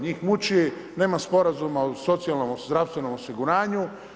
Njih muči, nema sporazuma o socijalnom, zdravstvenom osiguranju.